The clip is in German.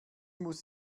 muss